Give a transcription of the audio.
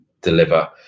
deliver